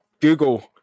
Google